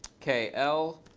k, l.